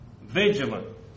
vigilant